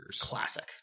Classic